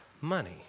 money